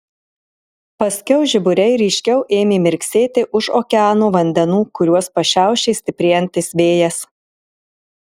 paskiau žiburiai ryškiau ėmė mirksėti už okeano vandenų kariuos pašiaušė stiprėjantis vėjas